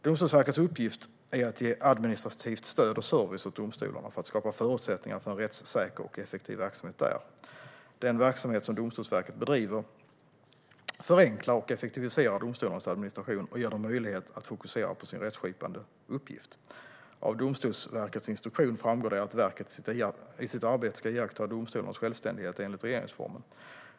Domstolsverkets uppgift är att ge administrativt stöd och service åt domstolarna för att skapa förutsättningar för en rättssäker och effektiv verksamhet där. Den verksamhet som Domstolsverket bedriver förenklar och effektiviserar domstolarnas administration och ger dem möjlighet att fokusera på sin rättskipande uppgift. Av Domstolsverkets instruktion framgår det att verket i sitt arbete ska iaktta domstolarnas självständighet enligt regeringsformen.